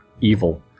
evil